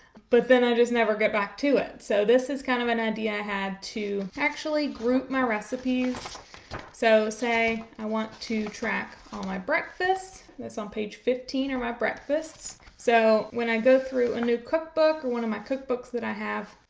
but then i just never get back to it so this is kind of an idea had to actually group my recipes so say i want to track all my breakfast that's on page fifteen are my breakfasts, so when i go through a new cookbook or one my cookbooks that i have,